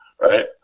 right